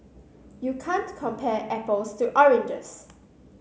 you can't compare apples to oranges